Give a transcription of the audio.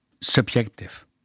subjective